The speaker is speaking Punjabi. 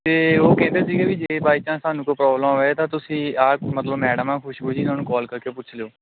ਅਤੇ ਉਹ ਕਹਿੰਦੇ ਸੀਗੇ ਵੀ ਜੇ ਬਾਏ ਚਾਂਸ ਸਾਨੂੰ ਕੋਈ ਪ੍ਰੋਬਲਮ ਆਏ ਤਾਂ ਤੁਸੀਂ ਇਹ ਮਤਲਬ ਮੈਡਮ ਆ ਖੁਸ਼ਬੂ ਜੀ ਇਹਨਾਂ ਨੂੰ ਕੋਲ ਕਰਕੇ ਪੁੱਛ ਲਿਓ